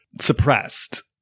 suppressed